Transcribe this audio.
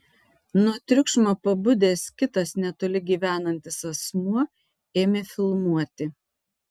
nuo triukšmo pabudęs kitas netoli gyvenantis asmuo ėmė filmuoti